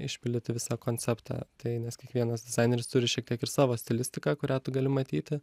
išpildyti visą konceptą tai nes kiekvienas dizaineris turi šiek tiek ir savo stilistiką kurią tu gali matyti